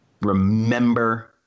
Remember